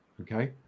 Okay